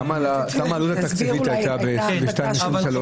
מה הייתה העלות התקציבית בכנסות האלה?